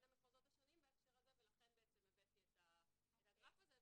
המחוזות השונים בהקשר הזה ולכן בעצם הבאתי את הגרף הזה,